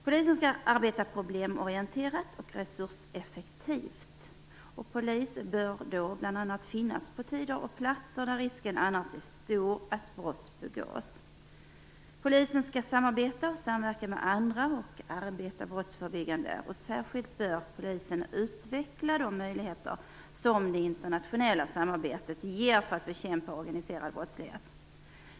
Polisen skall arbeta problemorienterat och resurseffektivt. Polis bör då bl.a. finnas på tider och platser där risken annars är stor att brott begås. Polisen skall samarbeta och samverka med andra, och den skall arbeta brottsförebyggande. Särskilt bör polisen utveckla de möjligheter som det internationella samarbetet ger för att bekämpa organiserad brottslighet.